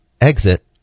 exit